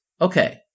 okay